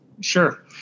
Sure